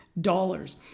dollars